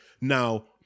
Now